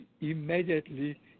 immediately